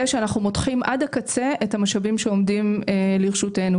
שאנחנו מותחים עד הקצה את המשאבים שעומדים לרשותנו.